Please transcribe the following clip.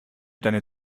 deine